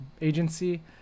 agency